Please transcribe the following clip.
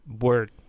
Word